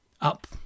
up